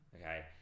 okay